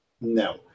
No